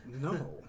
No